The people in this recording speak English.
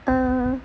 err